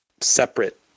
separate